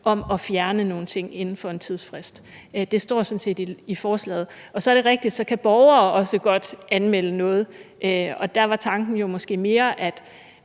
om at fjerne nogle ting inden for en tidsfrist. Det står sådan set i forslaget. Så er det rigtigt, at borgere også godt kan anmelde noget, og der var tanken jo måske mere, at